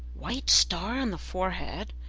white star in the forehead,